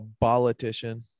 politician